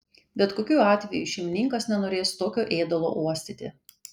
bet kokiu atveju šeimininkas nenorės tokio ėdalo uostyti